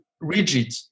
rigid